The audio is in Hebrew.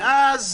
בדיוק.